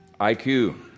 IQ